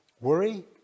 Worry